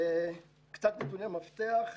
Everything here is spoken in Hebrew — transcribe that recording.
קצת נתוני מפתח,